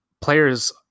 players